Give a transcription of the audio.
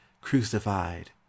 crucified